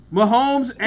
Mahomes